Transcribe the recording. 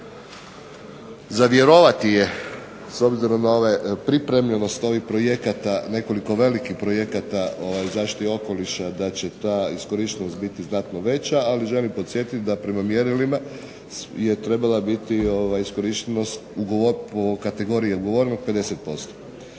Za vjerovati je, s obzirom na ove pripreme, odnosno ovih projekata nekoliko velikih projekata zaštite okoliša da će ta iskorištenost biti znatno veća, ali želim podsjetiti da prema mjerilima je trebala biti iskorištenost po kategoriji ugovoreno 50%.